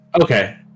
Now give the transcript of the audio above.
Okay